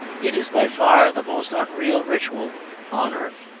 it is by far the most unreal ritual on earth.